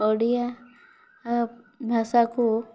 ଓଡ଼ିଆ ଭାଷାକୁ